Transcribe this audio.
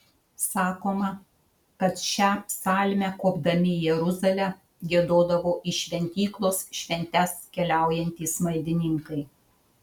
sakoma kad šią psalmę kopdami į jeruzalę giedodavo į šventyklos šventes keliaujantys maldininkai